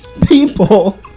people